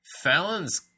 Fallon's